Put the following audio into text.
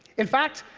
in fact,